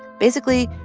basically,